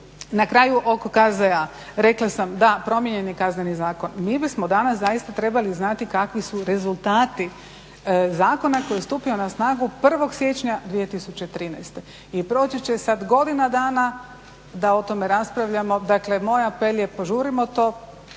Na kraju oko KZ-a, rekla sam, da promijenjen je Kazneni zakon. Mi bismo danas zaista trebali znati kakvi su rezultati zakona koji je stupio na snagu 01. siječnja 2013. jer proći će sada godina dana da o tome raspravljamo, dakle moj apel je požurimo to